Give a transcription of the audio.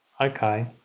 Okay